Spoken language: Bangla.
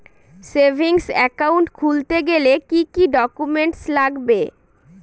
সেভিংস একাউন্ট খুলতে গেলে কি কি ডকুমেন্টস লাগবে?